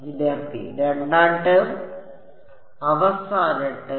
വിദ്യാർത്ഥി രണ്ടാം ടേം അവസാന ടേം